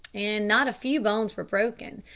and not a few bones were broken,